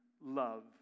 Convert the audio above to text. love